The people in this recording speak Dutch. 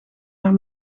haar